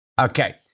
Okay